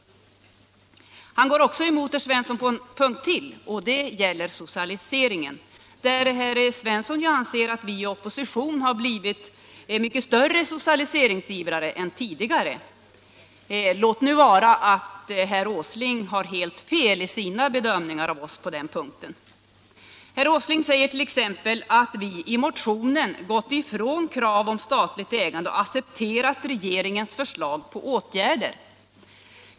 Och herr Åsling går emot herr Svenssons uppfattning på en punkt till: det gäller frågan om socialisering, där herr Svensson anser att vi socialdemokrater i egenskap av oppositionsparti har blivit större socialiseringsivrare än vi varit tidigare — låt vara att herr Åsling har helt fel i sina bedömningar på den punkten. Herr Åsling säger t.ex. att vi i vår motion har gått ifrån kraven på statligt ägande och accepterar regeringens förslag till åtgärder.